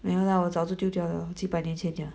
没有啦我早就丢掉了几百年前了